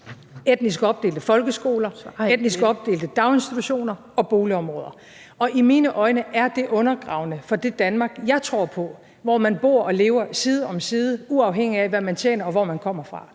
etnisk opdelte folkeskoler, og etnisk opdelte daginstitutioner og boligområder. I mine øjne er det undergravende for det Danmark, jeg tror på, og hvor man bor og lever side om side, uafhængigt af hvad man tjener, og hvor man kommer fra.